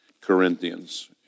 Corinthians